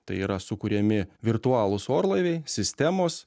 tai yra sukuriami virtualūs orlaiviai sistemos